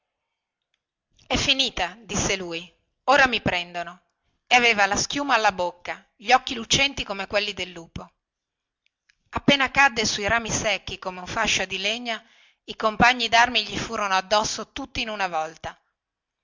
è finita gli disse lui ora mi prendono e quello che le agghiacciò il sangue più di ogni cosa fu il luccicare che ci aveva negli occhi da sembrare un pazzo poi quando cadde sui rami secchi come un fascio di legna i compagni darmi gli furono addosso tutti in una volta